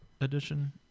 edition